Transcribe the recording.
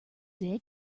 day